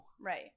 Right